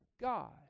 God